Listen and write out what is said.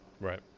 right